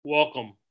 Welcome